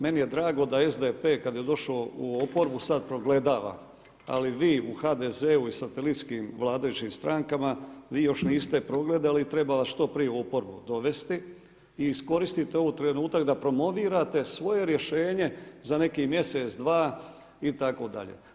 Meni je drago da SDP kad je došao u oporbu sad progledava, ali vi u HDZ-u i satelitskim vladajućim strankama, vi još niste progledali i treba vas što prije u oporbu dovesti i iskoristite ovaj trenutak da promovirate svoje rješenje za neki mjesec-dva itd.